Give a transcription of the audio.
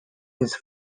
his